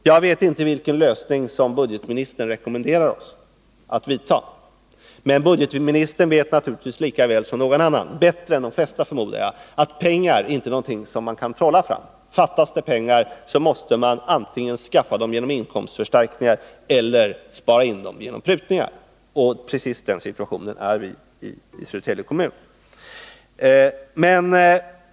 Jag vet inte vilken av dessa utvägar som budgetministern rekommenderar oss att välja, men budgetministern vet bättre än de flesta, förmodar jag, att pengar inte är någonting som man kan trolla fram. Fattas det pengar måste man antingen skaffa dem genom inkomstförstärkningar eller avstå från motsvarande utgifter genom prutningar. Just i den situationen befinner sig Södertälje kommun.